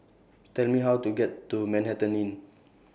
Tell Me How to get to Manhattan Inn